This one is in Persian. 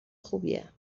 خوبیه